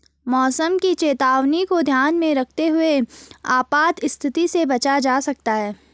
मौसम की चेतावनी को ध्यान में रखते हुए आपात स्थिति से बचा जा सकता है